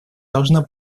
должна